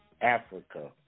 Africa